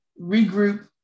regroup